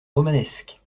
romanesque